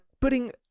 putting